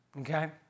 okay